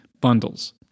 bundles